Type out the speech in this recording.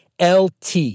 LT